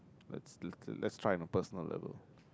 let's let's try on a personal level